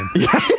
yeah.